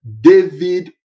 David